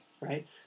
Right